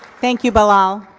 thank you, bilal.